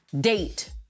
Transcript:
Date